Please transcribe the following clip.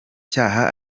cyaha